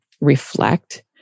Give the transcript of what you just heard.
reflect